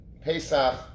Pesach